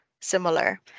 similar